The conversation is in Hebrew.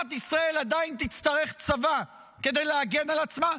מדינת ישראל עדיין תצטרך צבא כדי להגן על עצמה,